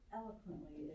eloquently